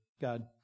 God